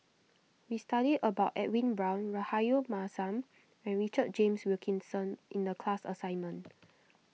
we studied about Edwin Brown Rahayu Mahzam and Richard James Wilkinson in the class assignment